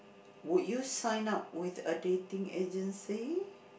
would you sign up with a dating agency